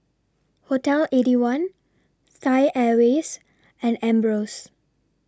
Hotel Eighty One Thai Airways and Ambros